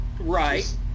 Right